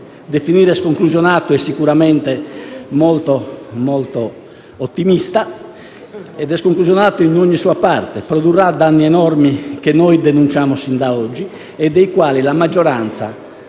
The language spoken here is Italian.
definire sconclusionato è sicuramente molto ottimista. È sconclusionato in ogni sua parte e produrrà danni enormi, che noi denunciamo sin da oggi e dei quali la maggioranza,